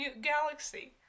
galaxy